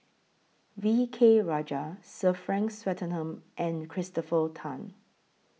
V K Rajah Sir Frank Swettenham and Christopher Tan